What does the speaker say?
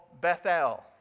Bethel